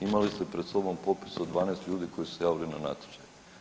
Imali ste pred sobom popis od 12 ljudi koji su se javili na natječaj.